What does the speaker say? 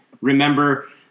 Remember